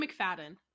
McFadden